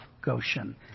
Goshen